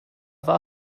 war